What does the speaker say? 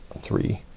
three,